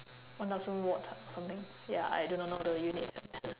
one thousand watt ah something ya I do not know the unit